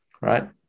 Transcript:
Right